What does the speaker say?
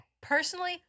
Personally